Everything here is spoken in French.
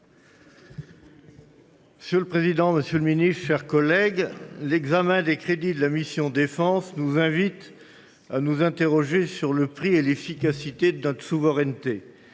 Monsieur le président, monsieur le ministre, mes chers collègues, l’examen des crédits de la mission « Défense » nous invite à nous interroger sur le prix et l’effectivité de notre souveraineté.